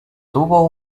tuvo